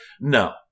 no